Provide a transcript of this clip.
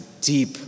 deep